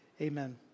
Amen